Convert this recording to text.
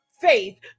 faith